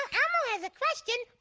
elmo has a question